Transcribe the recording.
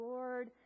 Lord